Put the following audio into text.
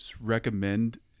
recommend